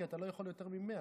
כי אתה לא יכול יותר מ-100,